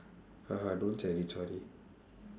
don't